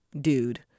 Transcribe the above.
dude